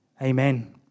Amen